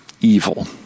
evil